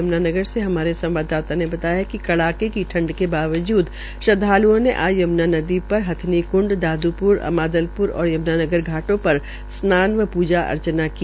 यम्ना नगर से हमारे संवाददाता ने बताया कि कड़ाके की ठंड के बावजूद श्रद्वाल्ओं ने आज यम्ना नदी पर हथिनी क्ंड दादूप्र अमादलप्र और यम्नानगर घाटों पर स्नान व पूजा अर्चना की